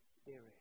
Spirit